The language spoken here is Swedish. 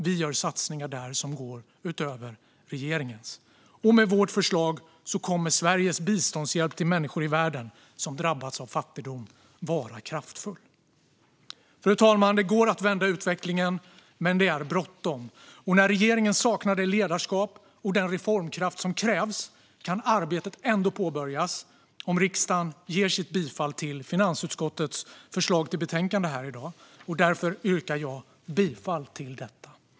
Vi gör satsningar där som går utöver regeringens. Med vårt förslag kommer Sveriges biståndshjälp till människor i världen som drabbats av fattigdom att vara kraftfullt. Fru talman! Det går att vända utvecklingen, men det är bråttom. När regeringen saknar det ledarskap och den reformkraft som krävs kan arbetet ändå påbörjas om riksdagen ger sitt bifall till finansutskottets förslag i betänkandet här i dag. Därför yrkar jag bifall till detta.